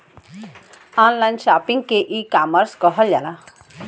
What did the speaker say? online shopping के ecommerce कहल जाला